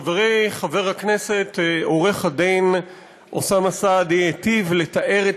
חברי חבר הכנסת עורך-הדין אוסאמה סעדי היטיב לתאר את